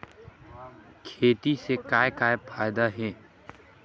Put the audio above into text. खेती से का का फ़ायदा हे?